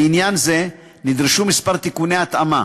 בעניין זה נדרשו כמה תיקוני התאמה.